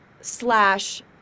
slash